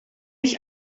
mich